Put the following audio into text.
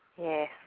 Yes